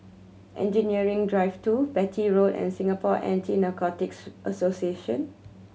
Engineering Drive Two Beatty Road and Singapore Anti Narcotics Association